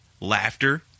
Laughter